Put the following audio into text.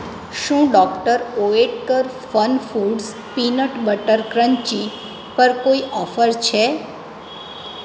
શું doctor Oetker FunFoods peanut butter crunchy પર કોઈ ઓફર છે